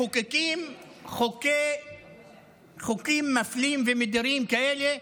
מחוקקים חוקים מפלים ומדירים כאלה,